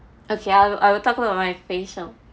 okay I'll I'll talk about my facial